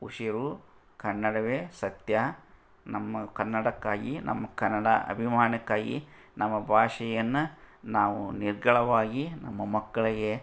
ಉಸಿರು ಕನ್ನಡವೇ ಸತ್ಯ ನಮ್ಮ ಕನ್ನಡಕ್ಕಾಗಿ ನಮ್ಮ ಕನ್ನಡ ಅಭಿಮಾನಕ್ಕಾಗಿ ನಮ್ಮ ಭಾಷೆಯನ್ನ ನಾವು ನಿರರ್ಗಳವಾಗಿ ನಮ್ಮ ಮಕ್ಕಳಿಗೆ